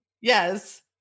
Yes